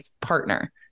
partner